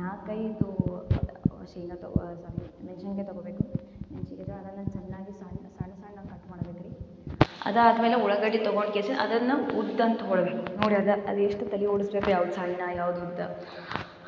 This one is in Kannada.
ನಾಲ್ಕೈದು ಶೇಂಗಾ ತಗೋ ಸಣ್ಣ ಮೆಣಸಿನ್ಕಾಯಿ ತಗೋಬೇಕು ಮೆಣಸಿನ್ಕಾಯಿ ಅದಾದಮೇಲೆ ಸಣ್ಣಾಗಿ ಸಣ್ಣ ಸಣ್ಣ ಕಟ್ ಮಾಡಬೇಕ್ರಿ ಅದಾದಮೇಲೆ ಉಳ್ಳಾಗಡ್ಡಿ ತಗೊಂಡು ಕೆಸದ್ ಅದನ್ನು ಉದ್ದಂತ ಹೋಳು ನೋಡಿ ಅದ ಅದು ಎಷ್ಟು ತಲೆ ಒಡಿಸ್ಬೇಕಾ ಯಾವ್ದು ಸಣ್ಣ ಯಾವ್ದು ಉದ್ದ